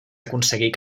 aconseguir